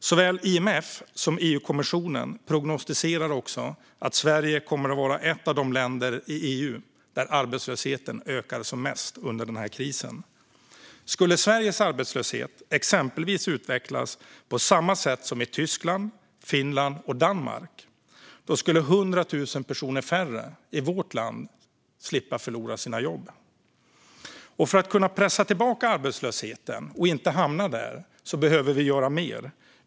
Såväl IMF som EU-kommissionen prognostiserade också att Sverige kommer att vara ett av de länder i EU där arbetslösheten ökar som mest under den här krisen. Skulle Sveriges arbetslöshet exempelvis utvecklas på samma sätt som i Tyskland, Finland och Danmark skulle 100 000 personer färre i vårt land slippa förlora sina jobb. För att kunna pressa tillbaka arbetslösheten och inte hamna där behöver vi göra mer.